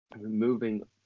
Moving